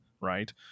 right